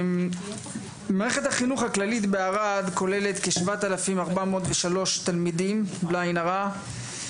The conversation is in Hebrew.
מערכת החינוך הכללית בערד כוללת כ-7,403 תלמידים בלי עין הרע,